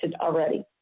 already